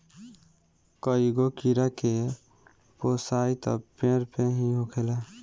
कईगो कीड़ा के पोसाई त पेड़ पे ही होखेला